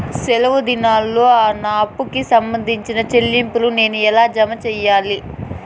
సెలవు దినాల్లో నా అప్పుకి సంబంధించిన చెల్లింపులు నేను ఎలా జామ సెయ్యాలి?